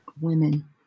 women